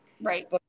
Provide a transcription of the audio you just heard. Right